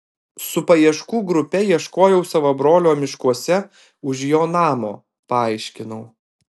su paieškų grupe ieškojau savo brolio miškuose už jo namo paaiškinau